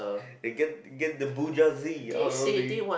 they get they get the bourgeois out of the